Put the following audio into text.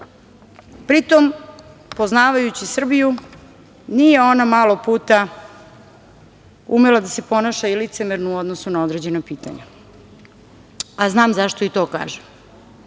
Pritom, poznavajući Srbiju nije ona malo puta umela da se ponaša licemerno u odnosu na određena pitanja. Znam zašto i to kažem,